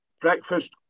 breakfast